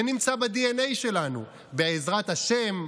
זה נמצא בדנ"א שלנו, בעזרת השם.